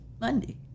Monday